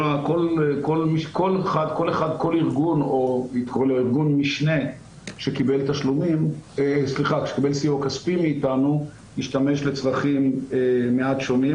כל ארגון משנה שקיבל סיוע כספי מאיתנו השתמש לצרכים מעט שונים,